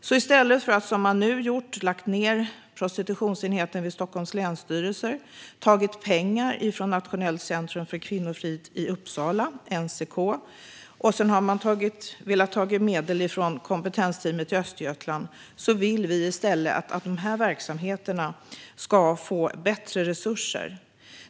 I stället för att göra som man nu gjort - lagt ned prostitutionsenheten vid Stockholms länsstyrelse, tagit pengar från Nationellt centrum för kvinnofrid i Uppsala, NCK, och föreslagit att ta mer pengar från kompetensteamet i Östergötland - vill vi att dessa verksamheter ska få bättre resurser.